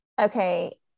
okay